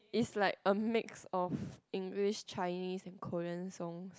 is like a mix of English Chinese and Korean songs